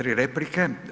3 replike.